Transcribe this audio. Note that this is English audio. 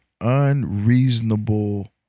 unreasonable